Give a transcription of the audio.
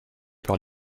par